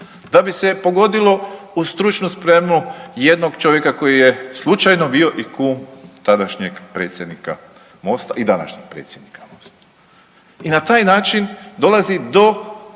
da bi se pogodilo u stručnu spremu jednog čovjeka koji je slučajno bio i kum tadašnjeg predsjednika MOST-a i današnjeg predsjednika MOST-a i na taj način dolazi do